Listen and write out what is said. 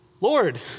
Lord